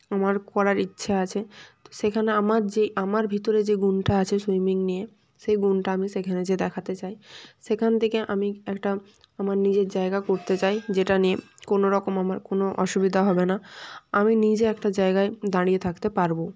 আমার করার ইচ্ছা আছে তো সেখানে আমার যেই আমার ভিতরে যে গুণটা আছে সুইমিং নিয়ে সেই গুণটা আমি সেখানে যেয়ে দেখাতে চাই সেখান থেকে আমি একটা আমার নিজের জায়গা করতে চাই যেটা নিয়ে কোনোরকম আমার কোনও অসুবিধা হবে না আমি নিজে একটা জায়গায় দাঁড়িয়ে থাকতে পারবো